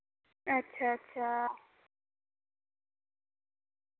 अच्छा अच्छा